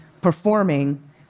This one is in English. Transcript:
performing